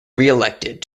reelected